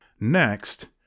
Next